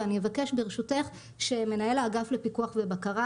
ואני אבקש ברשותך שמנהל האגף לפיקוח ובקרה,